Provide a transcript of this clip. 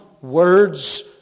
words